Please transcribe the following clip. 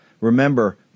Remember